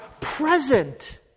present